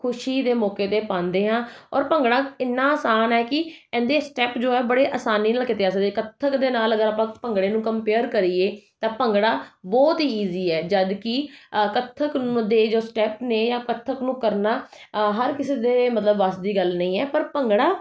ਖੁਸ਼ੀ ਦੇ ਮੌਕੇ 'ਤੇ ਪਾਉਂਦੇ ਹਾਂ ਔਰ ਭੰਗੜਾ ਇੰਨਾ ਆਸਾਨ ਹੈ ਕਿ ਇਹਦੇ ਸਟੈਪ ਜੋ ਹ ਬੜੇ ਆਸਾਨੀ ਨਾਲ ਕੀਤੇ ਜਾ ਸਕਦੇ ਕੱਥਕ ਦੇ ਨਾਲ ਅਗਰ ਆਪਾਂ ਭੰਗੜੇ ਨੂੰ ਕੰਪੇਅਰ ਕਰੀਏ ਤਾਂ ਭੰਗੜਾ ਬਹੁਤ ਇਜੀ ਹੈ ਜਦੋਂ ਕਿ ਕੱਥਕ ਨੂੰ ਦੇ ਜੋ ਸਟੈਪ ਨੇ ਜਾਂ ਕੱਥਕ ਨੂੰ ਕਰਨਾ ਹਰ ਕਿਸੇ ਦੇ ਮਤਲਬ ਬਸ ਦੀ ਗੱਲ ਨਹੀਂ ਹੈ ਪਰ ਭੰਗੜਾ